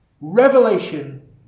Revelation